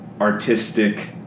artistic